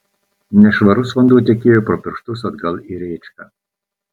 nešvarus vanduo tekėjo pro pirštus atgal į rėčką